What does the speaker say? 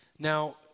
Now